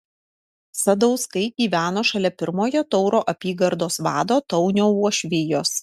sadauskai gyveno šalia pirmojo tauro apygardos vado taunio uošvijos